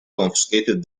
confiscated